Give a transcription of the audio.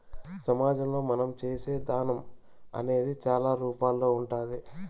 సమాజంలో మనం చేసే దానం అనేది చాలా రూపాల్లో ఉంటాది